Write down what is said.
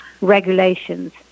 regulations